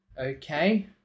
Okay